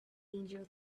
angel